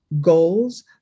goals